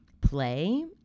play